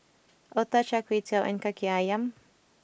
Otah Char Kway Teow and Kaki Ayam